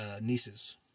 nieces